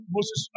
Moses